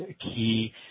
key